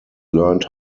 learned